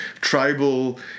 tribal